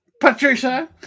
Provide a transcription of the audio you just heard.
Patricia